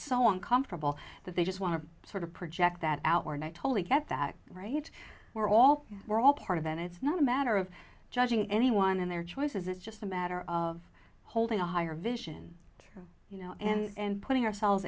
so uncomfortable that they just want to sort of project that out we're not totally get that right we're all we're all part of and it's not a matter of judging anyone in their choices it's just a matter of holding a higher vision you know and putting ourselves